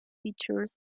features